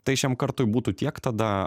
tai šiam kartui būtų tiek tada